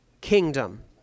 kingdom